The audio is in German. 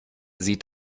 sieht